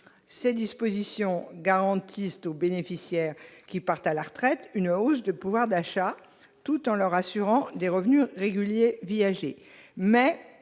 Ces dispositions garantissent aux bénéficiaires qui partent à la retraite une hausse de pouvoir d'achat, tout en leur assurant des revenus réguliers viagers.